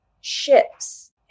ships